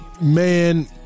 man